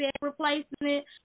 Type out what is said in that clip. replacement